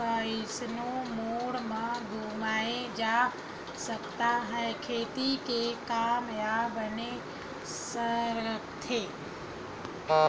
कइसनो मोड़ म घुमाए जा सकत हे खेती के काम ह बने सरकथे